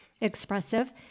expressive